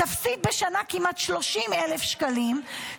בשנה תפסיד כמעט 30,000 שקלים,